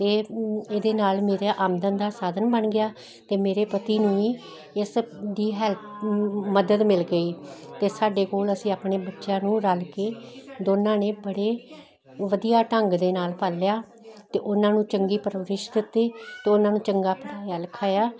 ਅਤੇ ਇਹਦੇ ਨਾਲ ਮੇਰਾ ਆਮਦਨ ਦਾ ਸਾਧਨ ਬਣ ਗਿਆ ਅਤੇ ਮੇਰੇ ਪਤੀ ਨੂੰ ਹੀ ਇਸ ਦੀ ਹੈਲਪ ਮਦਦ ਮਿਲ ਗਈ ਅਤੇ ਸਾਡੇ ਕੋਲ ਅਸੀਂ ਆਪਣੇ ਬੱਚਿਆਂ ਨੂੰ ਰਲ ਕੇ ਦੋਨਾਂ ਨੇ ਬੜੇ ਵਧੀਆ ਢੰਗ ਦੇ ਨਾਲ ਪਾਲਿਆ ਅਤੇ ਉਹਨਾਂ ਨੂੰ ਚੰਗੀ ਪਰਵਰਿਸ਼ ਦਿੱਤੀ ਅਤੇ ਉਹਨਾਂ ਨੂੰ ਚੰਗਾ ਪੜ੍ਹਾਇਆ ਲਿਖਾਇਆ